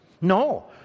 No